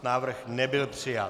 Návrh nebyl přijat.